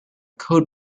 code